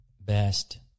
best